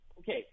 Okay